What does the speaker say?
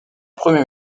premier